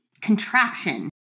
contraption